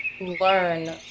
learn